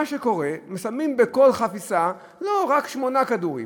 מה שקורה, שמים בכל חפיסה רק שמונה כדורים,